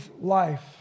life